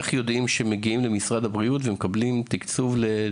איך יודעים שמגיעים למשרד הבריאות ומקבלים תקצוב לתזונאית?